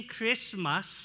Christmas